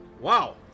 Wow